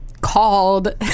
called